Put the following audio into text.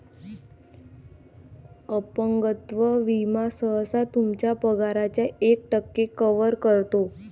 अपंगत्व विमा सहसा तुमच्या पगाराच्या एक टक्के कव्हर करतो